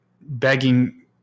begging